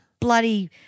bloody